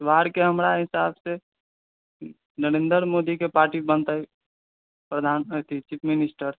बिहार के हमरा हिसाब से नरेन्दर मोदी के पार्टी बनतै प्रधान अथी चीफमिनिस्टर